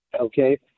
Okay